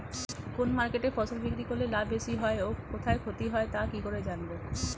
কোন মার্কেটে ফসল বিক্রি করলে লাভ বেশি হয় ও কোথায় ক্ষতি হয় তা কি করে জানবো?